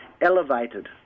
elevated